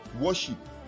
Worship